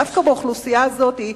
דווקא באוכלוסייה הזאת,